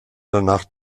danach